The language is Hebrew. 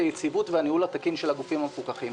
היציבות והניהול התקין של הגופים המפוקחים.